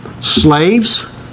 Slaves